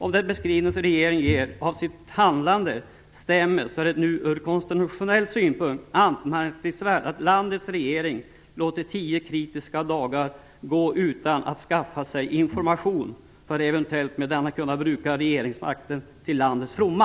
Om den beskrivning regeringen ger av sitt handlande stämmer, så är det ur konstitutionell synpunkt anmärkningsvärt att landets regering låter tio kritiska dagar gå utan att skaffa sig information för att eventuellt med denna kunna bruka regeringsmakten till landets fromma.